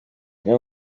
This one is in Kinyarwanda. umwe